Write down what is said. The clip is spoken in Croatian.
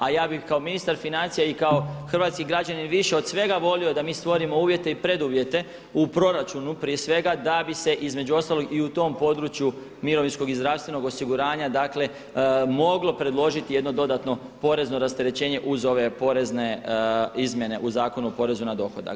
A ja bih kao ministar financija i kao hrvatski građanin više od svega volio da mi stvorimo uvjete i preduvjete u proračunu prije svega da bi se između ostalog i u tom području mirovinskog i zdravstvenog osiguranja dakle moglo predložiti jedno dodatno porezno rasterećenje uz ove porezne izmjene u Zakonu o porezu na dohodak.